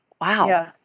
wow